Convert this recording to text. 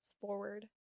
forward